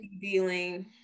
dealing